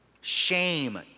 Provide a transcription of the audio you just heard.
shame